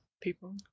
People